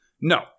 No